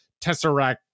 Tesseract